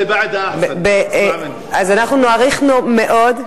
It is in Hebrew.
אז אנחנו הארכנו מאוד,